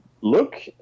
Look